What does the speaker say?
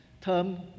term